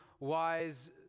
wise